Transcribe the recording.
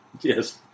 Yes